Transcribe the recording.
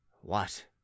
What